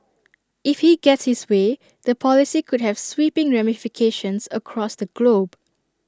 if he gets his way the policy could have sweeping ramifications across the globe